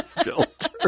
filter